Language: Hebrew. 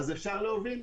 אז אפשר להוביל?